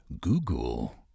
Google